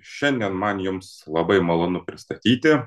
šiandien man jums labai malonu pristatyti